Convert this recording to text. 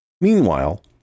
Meanwhile